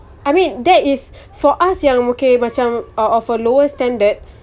I mean that is for us yang mungkin macam of a lower standard